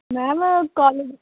ma'am college च